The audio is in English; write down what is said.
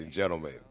Gentlemen